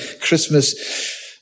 Christmas